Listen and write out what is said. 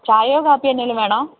ചായയോ കാപ്പിയോ എന്നതേലും വേണോ